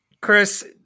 Chris